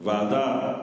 ועדה,